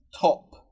top